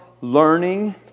learning